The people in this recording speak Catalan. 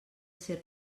ser